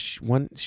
one